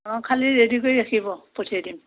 অঁ খালী ৰেডি কৰি ৰাখিব পঠিয়াই দিম